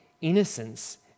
Innocence